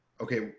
Okay